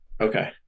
Okay